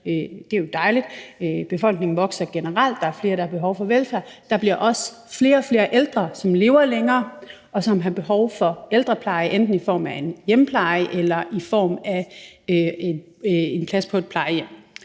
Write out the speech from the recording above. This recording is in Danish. det er jo dejligt. Befolkningen vokser generelt; der er flere, der har behov for velfærd; der bliver også flere og flere ældre, som lever længere, og som har behov for ældrepleje, enten i form af hjemmepleje eller i form af en plads på et plejehjem.